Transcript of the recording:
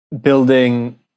building